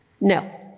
No